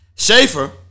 Schaefer